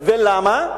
ולמה?